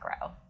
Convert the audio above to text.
grow